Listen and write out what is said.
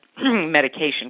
medication